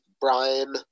Brian